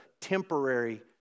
temporary